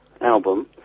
album